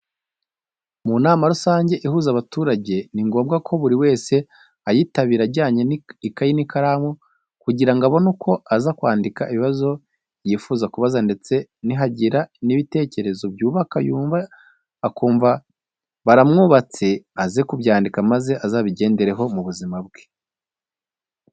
Mu nama rusange ihuza abaturage, ni ngombwa ko buri wese ayitabira ajyanye ikayi n'ikaramu kugira ngo abone uko aza kwandika ibibazo yifuza kubaza ndetse nihagira n'ibitekerezo byubaka yumva akumva biramwubatse aze kubyandika maze azabigendereho mu buzima bwe.